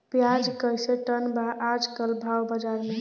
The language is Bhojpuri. प्याज कइसे टन बा आज कल भाव बाज़ार मे?